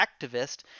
activist